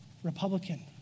Republican